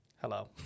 Hello